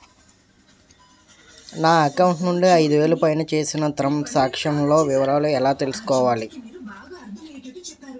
నా అకౌంట్ నుండి ఐదు వేలు పైన చేసిన త్రం సాంక్షన్ లో వివరాలు ఎలా తెలుసుకోవాలి?